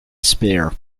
spare